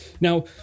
Now